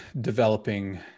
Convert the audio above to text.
developing